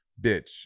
Bitch